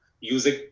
using